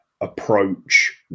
approach